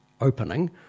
opening